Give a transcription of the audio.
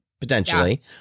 potentially